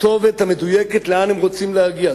הכתובת המדויקת לאן הם רוצים להגיע.